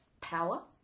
power